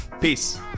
Peace